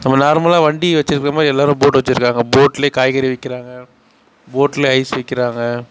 நம்ம நார்மலாக வண்டி வெச்சிருக்கிற மாதிரி எல்லாரும் போட் வெச்சிருக்காங்க போட்டில் காய்கறி விற்கிறாங்க போட்டில் ஐஸ் விற்கிறாங்க